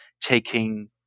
taking